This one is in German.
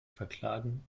verklagen